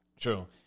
True